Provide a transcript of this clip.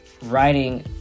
writing